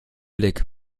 blick